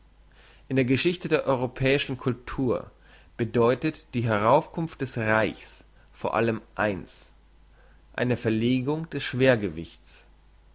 in der geschichte der europäischen cultur bedeutet die heraufkunft des reichs vor allem eins eine verlegung des schwergewichts